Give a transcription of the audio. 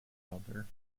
gelder